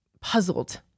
puzzled